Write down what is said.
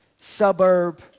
suburb